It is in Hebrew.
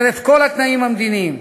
חרף כל התנאים המדיניים,